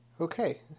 Okay